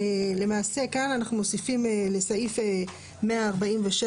למעשה כאן אנחנו מוסיפים לסעיף 147,